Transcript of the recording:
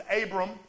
Abram